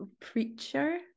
preacher